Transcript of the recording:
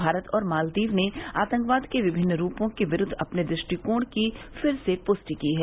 भारत और मालदीव ने आतंकवाद के विभिन्न रूपों के विरुद्द अपने दु ष्टिकोण की फिर से पुष्टि की है